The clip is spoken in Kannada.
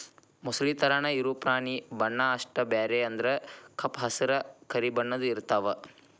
ಮೊಸಳಿ ತರಾನ ಇರು ಪ್ರಾಣಿ ಬಣ್ಣಾ ಅಷ್ಟ ಬ್ಯಾರೆ ಅಂದ್ರ ಕಪ್ಪ ಹಸರ, ಕರಿ ಬಣ್ಣದ್ದು ಇರತಾವ